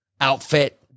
outfit